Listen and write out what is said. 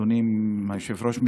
אדוני היושב-ראש,